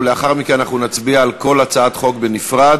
ולאחר מכן נצביע על כל הצעת חוק בנפרד.